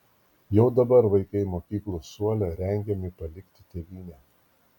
jau dabar vaikai mokyklos suole rengiami palikti tėvynę